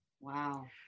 Wow